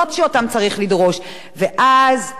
ואז כל עובדי "קיקה" היו צריכים לדאוג,